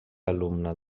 alumne